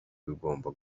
bugomba